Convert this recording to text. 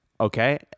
Okay